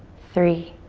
three,